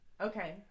Okay